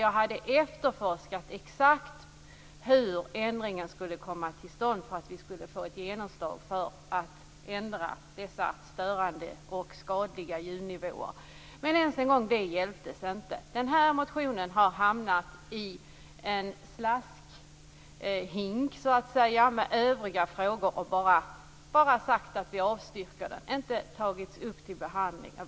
Jag hade efterforskat exakt hur ändringen skulle komma till stånd för att ändringen skulle få ett genomslag, dvs. ändra de skadliga och störande ljudnivåerna. Men inte ens det hjälpte. Denna motion har hamnat i en slaskhink med övriga frågor. Utskottet avstyrker motionen utan att över huvud taget ta upp den till behandling.